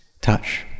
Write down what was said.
touch